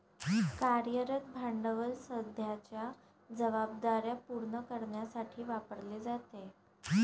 कार्यरत भांडवल सध्याच्या जबाबदार्या पूर्ण करण्यासाठी वापरले जाते